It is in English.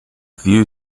view